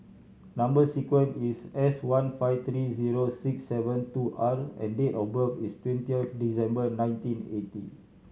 number sequence is S one five three zero six seven two R and date of birth is twenty of December nineteen eighty